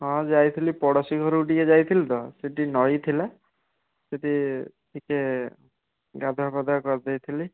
ହଁ ଯାଇଥିଲି ପଡ଼ୋଶୀ ଘରକୁ ଟିକିଏ ଯାଇଥିଲି ତ ସେଠି ନଈ ଥିଲା ସେଠି ଟିକିଏ ଗାଧୁଆ ପାଧୁଆ କରିଦେଇଥିଲି